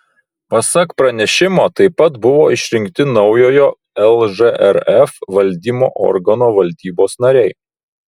pasak pranešimo taip pat buvo išrinkti naujo lžrf valdymo organo valdybos nariai